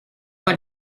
pas